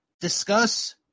discuss